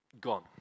gone